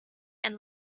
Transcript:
and